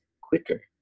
quicker